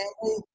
family